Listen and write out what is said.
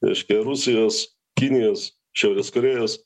reiškia rusijos kinijos šiaurės korėjos